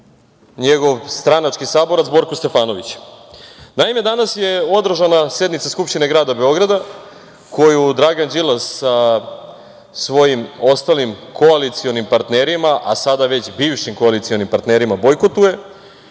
njegov stranački saborac Borko Stefanović. Naime, danas je održana sednica Skupštine Grada Beograda koju Dragan Đilas sa svojim ostalim koalicionim partnerima, a sada već bivšim koalicionim partnerima bojkotuje